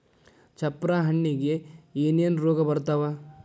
ಚಪ್ರ ಹಣ್ಣಿಗೆ ಏನೇನ್ ರೋಗ ಬರ್ತಾವ?